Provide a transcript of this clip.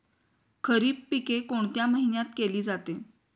खरीप पिके कोणत्या महिन्यात केली जाते?